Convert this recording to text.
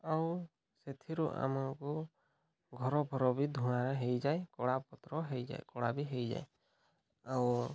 ଆଉ ସେଥିରୁ ଆମକୁ ଘର ଘର ବି ଧୂଆଁରେ ହେଇଯାଏ କଳା ପତ୍ର ହେଇଯାଏ କଳା ବି ହେଇଯାଏ ଆଉ